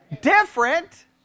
different